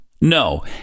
No